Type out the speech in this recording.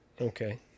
Okay